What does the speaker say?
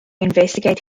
investigate